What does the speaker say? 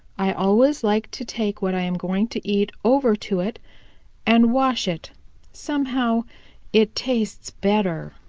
i always like to take what i am going to eat over to it and wash it somehow it tastes better.